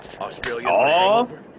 Australia